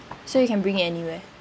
so you can bring it anywhere